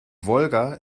wolga